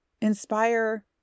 inspire